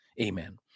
Amen